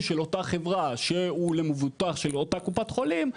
של אותה חברה שהוא למבוטח של אותה קופת חולים,